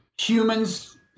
humans